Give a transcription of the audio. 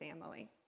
family